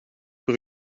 per